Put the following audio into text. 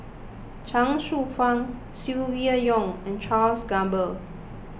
Chuang Hsueh Fang Silvia Yong and Charles Gamba